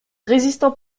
résistant